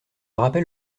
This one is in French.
rappel